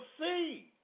see